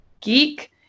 geek